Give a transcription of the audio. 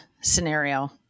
scenario